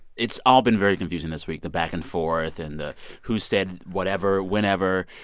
it's all been very confusing this week, the back and forth and the who said whatever whenever.